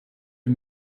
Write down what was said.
wie